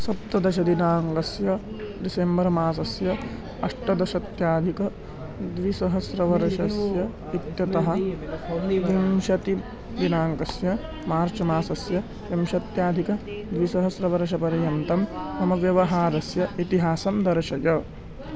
सप्तदशदिनाङ्कस्य December मासस्य अष्टदशत्याधिकद्विसहस्रवर्षस्य इत्यतः विंशतिदिनाङ्कस्य मार्च् मासस्य विंशत्यधिकद्विसहस्रवर्षपर्यन्तं मम व्यवहारस्य इतिहासं दर्शय